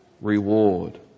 reward